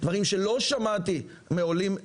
דברים שלא שמעתי מעולים,